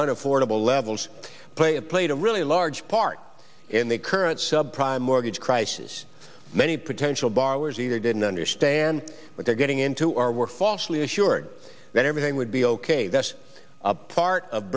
an affordable levels play a played a really large part in the current sub prime mortgage crisis many pretentious borrowers either didn't understand what they're getting into or were falsely assured that everything would be ok that's part of